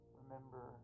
remember